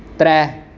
त्रै